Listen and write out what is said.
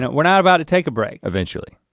we're not about to take a break. eventually.